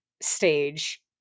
stage